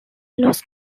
los